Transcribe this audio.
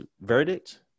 verdict